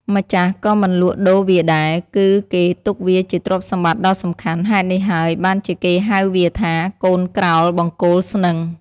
ម្ចាស់ក៏មិនលក់ដូរវាដែរ គឺគេទុកវាជាទ្រព្យសម្បត្តិដ៏សំខាន់ ហេតុនេះហើយបានជាគេហៅវាថា កូនក្រោលបង្គោលស្នឹង។